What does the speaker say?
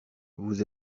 vous